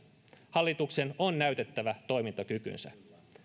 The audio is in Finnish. hallituksen on näytettävä toimintakykynsä